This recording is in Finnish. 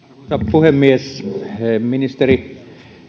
puhemies ministeri